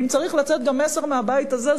אם צריך לצאת מסר מהבית הזה,